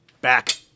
Back